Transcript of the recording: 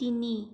তিনি